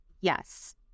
Yes